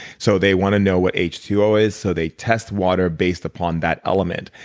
so they want to know what h two o is, so they test water based upon that element.